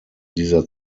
dieser